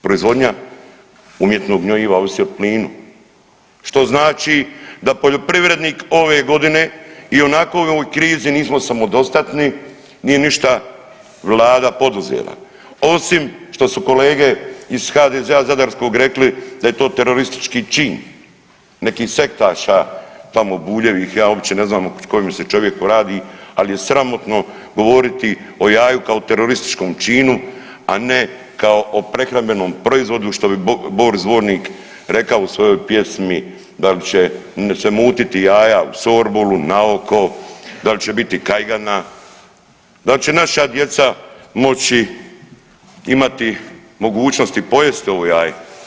Proizvodnja umjetnog gnojiva ovisi o plinu što znači da poljoprivrednik ove godine ionako u ovoj krizi nismo samodostatni nije ništa vlada poduzela osim što su kolege iz HDZ-a zadarskog rekli da je to teroristički čin nekih sektaša tamo Buljevih, ja uopće ne znam o kojem se čovjeku radi, ali je sramotno govoriti o jaju kao terorističkom činu, a ne kao o prehrambenom proizvodu što Boris Dvorinik rekao u svojoj pjesmi da li će se mutiti jaja u sorbolu, na oko, da li biti kajgana, da li će naša djeca moći imati mogućnosti pojesti ovo jaje.